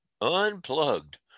unplugged